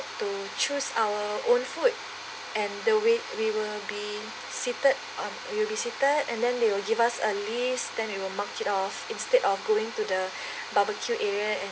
to choose our own food and the wai~ we will be seated um we will be seated then they will give us a list then we will mark it off instead of going to the barbecue area and